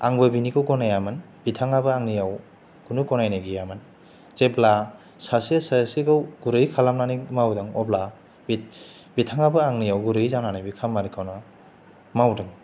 आंबो बिनिखौ गनायामोन बिथाङाबो आंनियाव खुनु गनायनाय गैयामोन जेब्ला सासे सासेखौ गुरै खालामनानै मावदों अब्ल बिथाङाबो आंनियाव गुरैयै जानानै बे खामानिखौनो मावदों